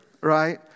right